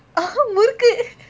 ah murukku